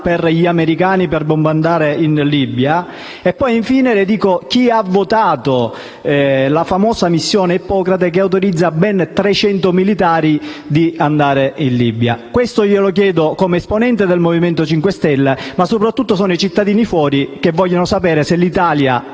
per gli americani per bombardare in Libia; infine, chi ha votato la famosa missione Ippocrate, che autorizza ben 300 militari ad andare in Libia. Le chiedo tutto questo come esponente del Movimento 5 Stelle, ma soprattutto sono i cittadini fuori a voler sapere se l'Italia